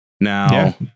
Now